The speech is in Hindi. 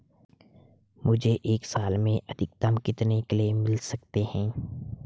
मुझे एक साल में अधिकतम कितने क्लेम मिल सकते हैं?